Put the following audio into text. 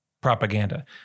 propaganda